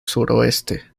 suroeste